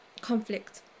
conflict